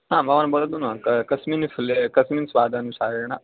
आं भवान् वदतु न क कस्मिन् फले कस्मिन् स्वादं स्वादानुसारेण